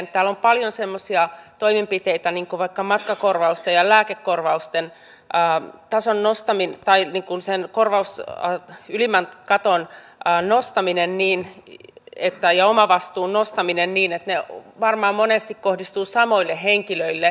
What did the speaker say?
täällä on paljon semmoisia toimenpiteitä niin kuin vaikka matkakorvausten ja lääkekorvausten a tason nostaminen tai kun sen korosti ylimmän katon nostaminen ja omavastuun nostaminen että ne varmaan monesti kohdistuvat samoille henkilöille